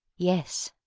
yes.